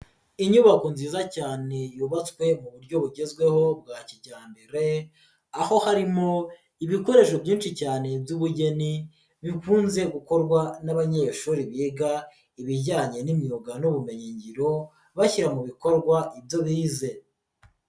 Inyubako nziza cyane yubatswe mu buryo bugezweho bwa kijyambere aho harimo ibikoresho byinshi cyane by'ubugeni bikunze gukorwa n'abanyeshuri biga ibijyanye n'imyuga n'ubumenyingiro bashyira mu bikorwa ibyo bize.